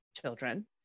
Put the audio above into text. children